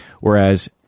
whereas